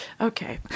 Okay